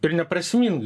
ir neprasmingai